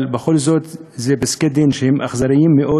אבל בכל זאת אלה פסקי-דין שהם אכזריים מאוד